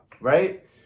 right